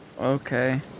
Okay